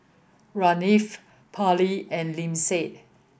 Parley and Lyndsay